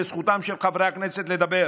בזכותם של חברי הכנסת לדבר